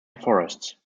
forests